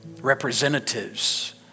representatives